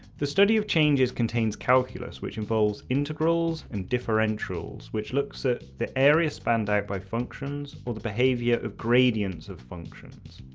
the study of changes contains calculus which involves integrals and differentials which looks at area spanned out by functions or the behaviour of gradients of functions.